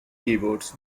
keyboards